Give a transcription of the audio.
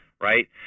right